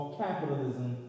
capitalism